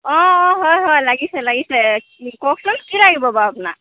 অঁ অঁ হয় হয় লাগিছে লাগিছে কওকচোন কি লাগিব বাৰু আপোনাক